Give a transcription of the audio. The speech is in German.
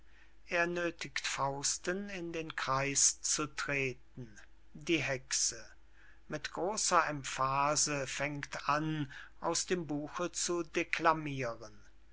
er nöthigt fausten in den kreis zu treten die hexe mit großer emphase fängt an aus dem buche zu declamiren